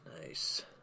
nice